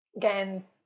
Gans